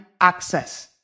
access